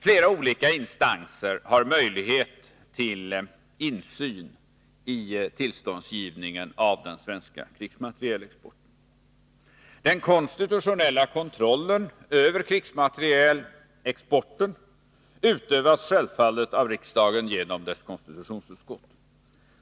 Flera olika instanser har möjlighet till insyn vid tillståndsgivningen av den svenska krigsmaterielexporten. Den konstitutionella kontrollen över krigsmaterielexporten utövas självfallet av riksdagen genom dess konstitutionsutskott.